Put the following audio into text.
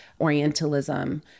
Orientalism